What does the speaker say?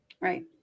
right